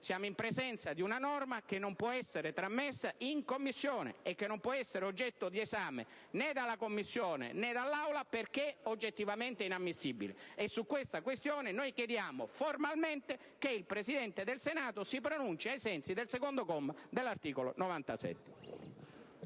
siamo in presenza di una norma che non può essere trasmessa in Commissione né oggetto di esame da parte della Commissione o dell'Aula perché oggettivamente inammissibile. Su questa questione chiediamo formalmente che il Presidente del Senato si pronunci, ai sensi del secondo comma dell'articolo 97